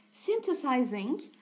Synthesizing